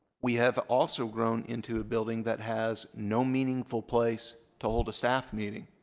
we have also grown into a building that has no meaningful place to hold a staff meeting.